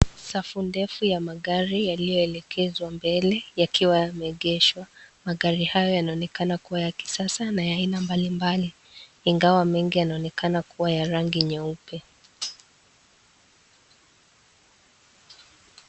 Safu ndefu ya magari yaliyo elekezwa mbele yakiwa yameegeshwa magari haya yanonekana kuwa ya kisasa na ya aina mbali mbali ingawa mengi yanaonekana kuwa ya rangi nyeupe